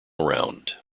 round